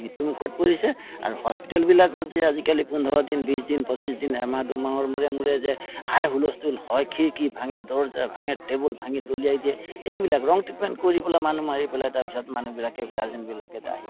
মৃত্যুমুখত পৰিছে আৰু হস্পিটেলবিলাকত যে আজিকালি পোন্ধৰ দিন বিছ দিন পঁচিছ দিন এমাহ দুমাহৰ মূৰে মূৰে যে হাই হুলস্থুল হয় খিৰিকি ভাঙে দৰ্জা ভাঙে টেবুল ভাঙি দলিয়াই দিয়ে এইবিলাক ৰং ট্ৰিটমেণ্ট কৰি পেলাই মানুহ মাৰি পেলায় তাৰপিছত মানুহবিলাকে গাৰ্জেনবিলাকে যে আহি পেলাই আহি